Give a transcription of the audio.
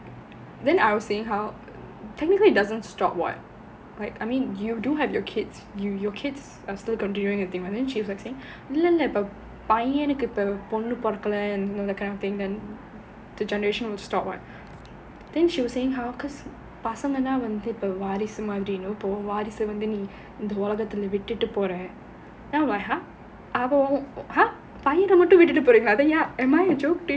then I was saying how technically it doesn't stop [what] like I mean you do have your kids your kids are still continuing the thing and then she say இல்ல பையனுக்கு பொண்ணு பொறக்கல:illa paiyanukku ponnu porakala you know that kind of thing then the generation will stop [what] then she was saying how பசங்கனா வந்து வாரிசு மாதிரி வாரிசு வந்து இந்த உலகத்துல விட்டுட்டு போறேன்:pasanganaa vanthu vaarisu maathiri vanthu intha ulagathula vituttu poraen then I'm like !huh! பையன்ன மட்டும் விட்டுட்டு போறீங்களா:paiyana mattum vituttu poreengalaa am I a joke to you